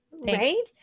Right